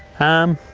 i'm